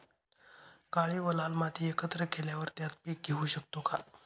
काळी व लाल माती एकत्र केल्यावर त्यात पीक घेऊ शकतो का?